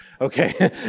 Okay